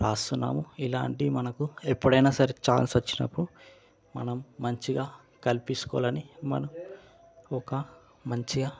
వ్రాస్తున్నాము ఇలాంటివి మనకు ఎప్పుడైనా సరే చాన్స్ వచ్చినప్పుడు మనం మంచిగా కల్పించుకోవాలని మనం ఒక మంచిగా